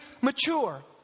mature